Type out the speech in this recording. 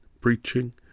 preaching